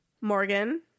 morgan